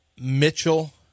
Mitchell